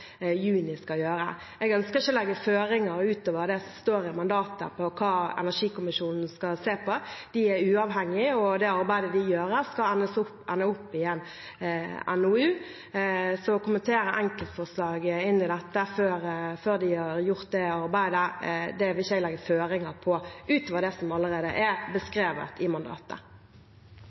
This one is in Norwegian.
juni, skal gjøre. Jeg ønsker ikke å legge føringer, utover det som står i mandatet, for hva energikommisjonen skal se på. De er uavhengige, og det arbeidet de gjør, skal ende i en NOU. Så når det gjelder å kommentere enkeltforslag inn i dette før de har gjort det arbeidet: Jeg vil ikke legge noen føringer utover det som allerede er beskrevet i mandatet.